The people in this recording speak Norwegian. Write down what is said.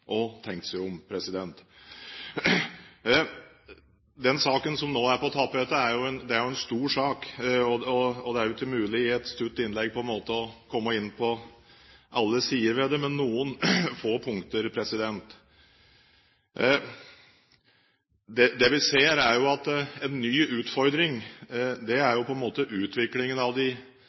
tenkt og tenkt seg om. Den saken som nå er på tapetet, er en stor sak. Det er ikke mulig i et stutt innlegg å komme inn på alle sider ved den, men jeg vil komme inn på noen få punkter. Det vi ser, er at en ny utfordring er utviklingen av det en kan kalle den internasjonale kapitalismen og de